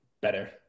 better